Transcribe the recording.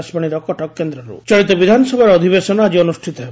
ବିଧାନସଭା ଚଳିତ ବିଧାନସଭାର ଅଧିବେଶନ ଆକି ଅନୁଷିତ ହେବ